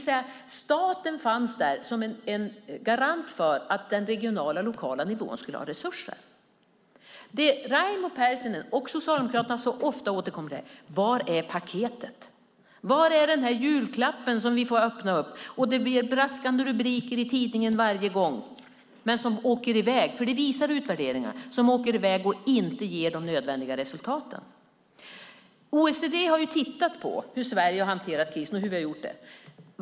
Statens fanns alltså med som en garant för att den lokala och regionala nivån skulle ha resurser. Det Raimo Pärssinen och Socialdemokraterna ofta återkommer till är: Var är paketet? Var är julklappen som vi får öppna? Varje gång blir det braskande rubriker i tidningarna, men utvärderingarna visar att det inte ger de nödvändiga resultaten. OECD har tittat på hur Sverige har hanterat krisen.